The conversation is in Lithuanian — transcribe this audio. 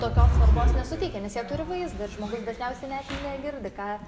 tokios svarbos nesuteikia nes jie turi vaizdą ir žmogus dažniausiai net negirdi ką